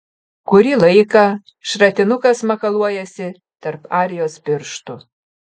kurį laiką šratinukas makaluojasi tarp arijos pirštų